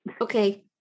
Okay